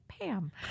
Pam